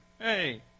Hey